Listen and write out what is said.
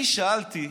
אני שאלתי: